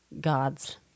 God's